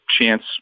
chance